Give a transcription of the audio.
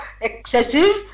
excessive